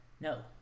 No